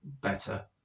better